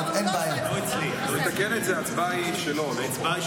הוא יתקן את זה, ההצבעה היא שלי.